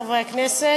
חברי חברי הכנסת,